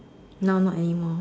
now not anymore